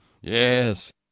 Yes